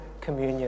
communion